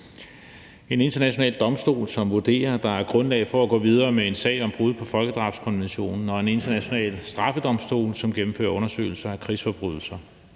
en international domstol, som vurderer, at der er grundlag for at gå videre med en sag om brud på folkedrabskonventionen, og en International Straffedomstol, som gennemfører undersøgelser af krigsforbrydelser,